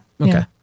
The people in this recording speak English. Okay